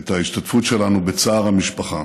את ההשתתפות שלנו בצער המשפחה.